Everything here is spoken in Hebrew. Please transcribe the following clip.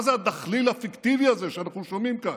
מה זה הדחליל הפיקטיבי הזה שאנחנו שומעים כאן?